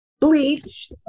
Bleach